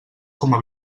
coma